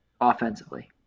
offensively